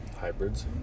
Hybrids